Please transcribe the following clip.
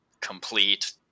complete